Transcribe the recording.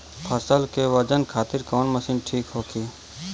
फसल के वजन खातिर कवन मशीन ठीक होखि?